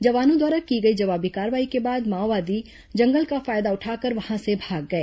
जवानों द्वारा की गई जवाबी कार्रवाई के बाद माओवादी जंगल का फायदा उठाकर वहां से भाग गए